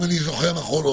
אם אני זוכר נכון,